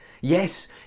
Yes